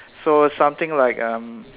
so something like um